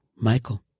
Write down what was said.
Michael